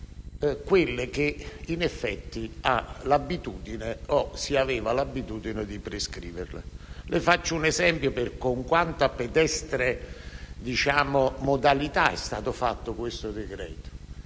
quelle che, in effetti, si aveva l'abitudine di prescrivere. Le faccio un esempio per mostrare con quanta pedestre modalità è stato fatto questo decreto.